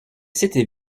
s’était